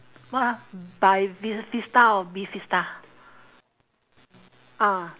what ah bifes~ festa~ or bifesta ah